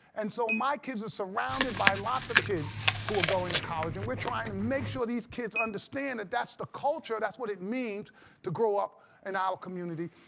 and so my kids are surrounded by lots of kids who are going to college and we're trying to make sure these kids understand that's the culture, that's what it means to grow up in our community.